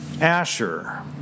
Asher